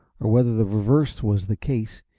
or whether the reverse was the case,